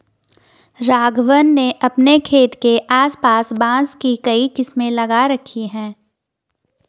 राघवन ने अपने खेत के आस पास बांस की कई किस्में लगा रखी हैं